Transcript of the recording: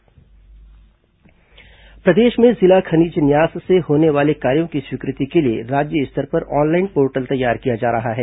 DMF online portal प्रदेश में जिला खनिज न्यास से होने वाले कार्यों की स्वीकृति के लिए राज्य स्तर पर ऑनलाइन पोर्टल तैयार किया जा रहा है